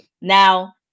Now